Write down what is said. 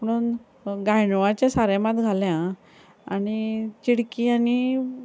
पुणून गांयडोळाचें सारें मात घालें आ आनी चिडकी आनी